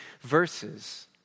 verses